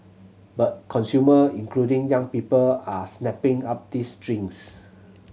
but consumer including young people are snapping up these drinks